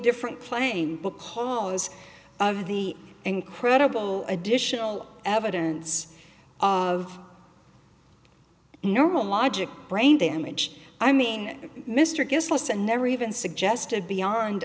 different claim because of the incredible additional evidence of normal logic brain damage i mean mr gets lost and never even suggested beyond